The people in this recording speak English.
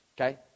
Okay